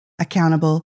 accountable